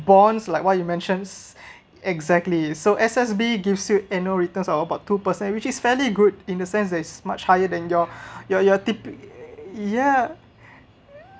bonds like what you mentions exactly so S_S_B gives you annual returns of about two percent which is fairly good in the sense that is much higher than your your your typi~ ya